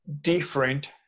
different